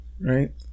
right